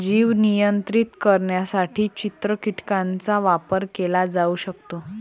जीव नियंत्रित करण्यासाठी चित्र कीटकांचा वापर केला जाऊ शकतो